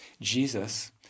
Jesus